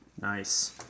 Nice